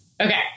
Okay